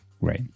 great